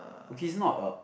okay it's not a